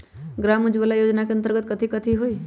ग्राम उजाला योजना के अंतर्गत कथी कथी होई?